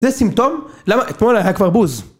זה סימפטום? למה? אתמול היה כבר בוז.